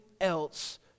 else